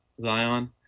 Zion